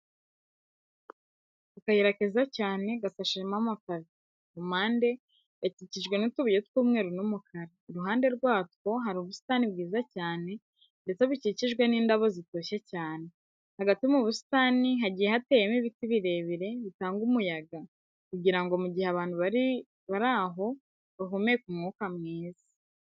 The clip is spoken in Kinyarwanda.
Akayira keza cyane gasashemo amapave, ku mpande gakikijwe n'utubuye tw'umweru n'umukara, iruhande rwatwo hari ubusitani bwiza cyane ndetse bukikijwe n'indabo zitoshye cyane. Hagati mu busitani hagiye hateyemo ibiti birebire bitanga umuyaga kugira ngo mu gihe abantu bari aho bahumeke umwuka mwiza.